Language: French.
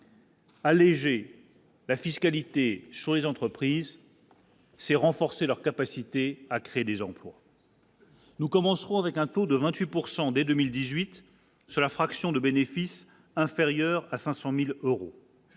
Alléger la fiscalité sur les entreprises, c'est renforcer leur capacité à créer des emplois. Nous commencerons avec un taux de 28 pourcent dès 2018 sur la fraction de bénéfice inférieur à 500000 euros